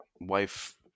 wife